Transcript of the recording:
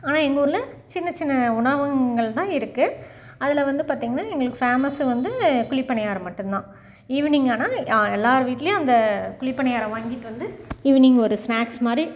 ஆனால் எங்கள் ஊரில் சின்ன சின்ன உணவகங்கள் தான் இருக்குது அதில் வந்து பார்த்தீங்கன்னா எங்களுக்கு ஃபேமஸ்ஸு வந்து குழிபணியாரம் மட்டும் தான் ஈவினிங் ஆனால் எல்லாேர் வீட்லேயும் அந்த குழிபணியாரம் வாங்கிட்டு வந்து ஈவினிங் ஒரு ஸ்நாக்ஸ்ஸு மாதிரி